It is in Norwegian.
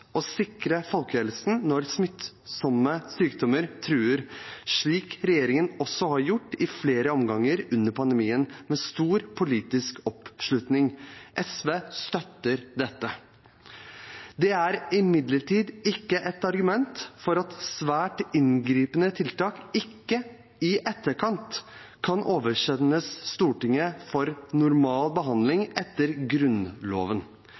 sikre folkehelsen når smittsomme sykdommer truer, slik regjeringen også har gjort i flere omganger under pandemien, med stor politisk oppslutning. SV støtter dette. Det er imidlertid ikke et argument for at svært inngripende tiltak ikke i etterkant kan oversendes Stortinget for normal behandling etter Grunnloven.